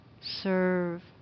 serve